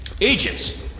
Agents